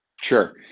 Sure